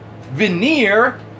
veneer